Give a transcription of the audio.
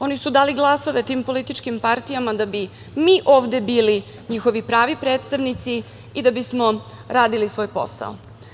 Oni su dali glasove tim političkim partijama da bi mi ovde bili njihovi pravi predstavnici i da bismo radili svoj posao.